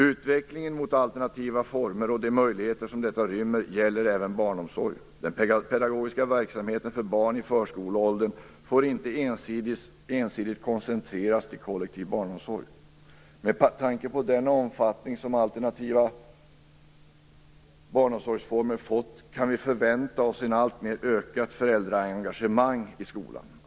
Utvecklingen mot alternativa former och de möjligheter som detta rymmer gäller även barnomsorgen. Den pedagogiska verksamheten för barn i förskoleåldern får inte ensidigt koncentreras till kollektiv barnomsorg. Med tanke på den omfattning som alternativa barnomsorgsformer fått kan vi förvänta oss ett alltmer ökat föräldraengagemang i skolan.